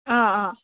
ꯑꯥ ꯑꯥ